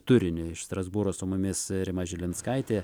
turinį iš strasbūro su mumis rima žilinskaitė